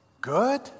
good